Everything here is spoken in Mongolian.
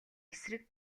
эсрэг